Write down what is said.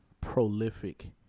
prolific